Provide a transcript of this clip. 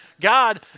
God